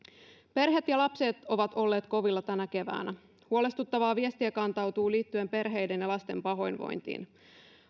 perheet ja lapset ovat olleet kovilla tänä keväänä huolestuttavaa viestiä kantautuu liittyen perheiden ja lasten pahoinvointiin